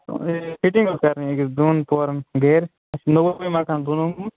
وۅنۍ فِٹِنٛگ أسۍ کَرٕنۍ أکِس دۄن پورن گَرِ اَسہِ چھُ نوٚوُے نوٚوُے مکان بنوومُت